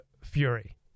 fury